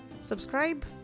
subscribe